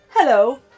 Hello